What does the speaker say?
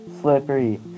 Slippery